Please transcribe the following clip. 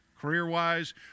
career-wise